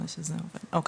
(הצגת מצגת)